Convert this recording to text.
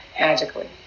magically